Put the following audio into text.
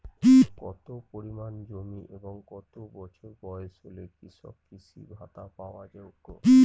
কত পরিমাণ জমি এবং কত বছর বয়স হলে কৃষক কৃষি ভাতা পাওয়ার যোগ্য?